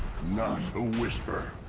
who wish her